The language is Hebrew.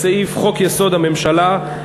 לחוק-יסוד: הממשלה,